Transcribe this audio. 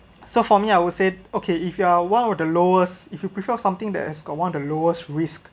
so for me I will say okay if you are one of the lowest if you prefer something that has got one of the lowest risk